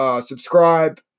Subscribe